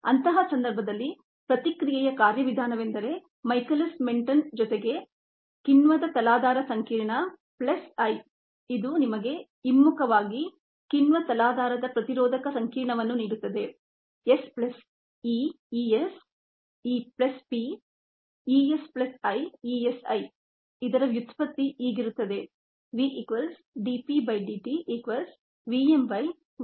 ಅಂತಹ ಸಂದರ್ಭದಲ್ಲಿ ಪ್ರತಿಕ್ರಿಯೆಯ ಕಾರ್ಯವಿಧಾನವೆಂದರೆ ಮೈಕೆಲಿಸ್ ಮೆನ್ಟೆನ್ ಜೊತೆಗೆ enzyme substrate complex plus I ಇದು ನಿಮಗೆ ಹಿಮ್ಮುಖವಾಗಿ ಎನ್ಜೈಮ್ ಸಬ್ಸ್ಟ್ರೇಟ್ ಇನ್ಹಿಬಿಟೊರ್ ಕಾಂಪ್ಲೆಕ್ಸ್ ಅನ್ನು ನೀಡುತ್ತದೆ